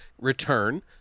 return